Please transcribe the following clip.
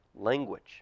language